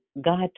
God